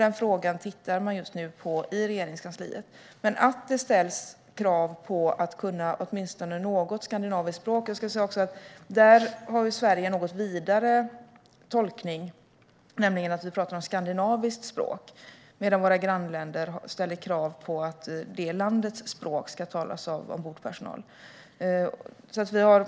Den frågan tittar man just nu på i Regeringskansliet. Vad gäller kravet på att kunna åtminstone något skandinaviskt språk ska jag också säga att Sverige har en något vidare tolkning i och med att vi pratar om "ett skandinaviskt språk", medan våra grannländer ställer krav på att just det landets språk ska talas av ombordpersonal.